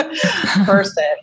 person